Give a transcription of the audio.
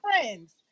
friends